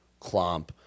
clomp